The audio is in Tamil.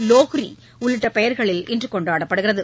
லோஹ்ரி உள்ளிட்ட பெயர்களில் இன்று கொண்டாடப்படுகிறது